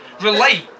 relate